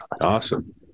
Awesome